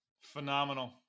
Phenomenal